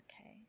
Okay